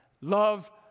love